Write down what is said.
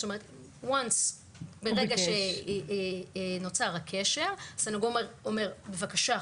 זאת אומרת מרגע שנוצר הקשר והסנגור אומר: בבקשה,